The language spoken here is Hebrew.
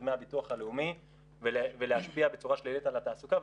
דמי הביטוח הלאומי ולהשפיע בצורה שלילית על התעסוקה,